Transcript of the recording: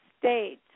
state